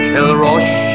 Kilrush